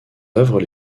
œuvres